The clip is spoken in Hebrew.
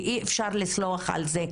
אי אפשר לסלוח על זה.